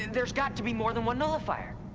there's got to be more than one nullifier.